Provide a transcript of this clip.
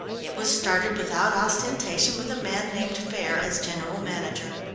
it was started without ostentation with a man named faire as general manager.